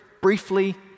briefly